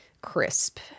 crisp